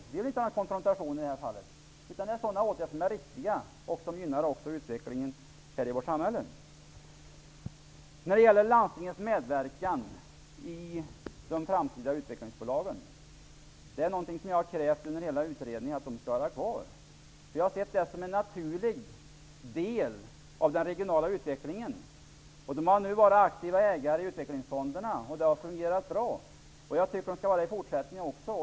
Vi behöver inte ha någon konfrontation i det här fallet. Det är sådana åtgärder som är riktiga och som gynnar utvecklingen i vårt samhälle. Så till frågan om landstingens medverkan i de framtida utvecklingsbolagen. Under hela utredningen har jag krävt att landstingen skall vara kvar. Jag har sett det som en naturlig del av den regionala utvecklingen. De har nu varit aktiva ägare i utvecklingsfonderna, och det har fungerat bra. Jag tycker att de skall vara det i fortsättningen också.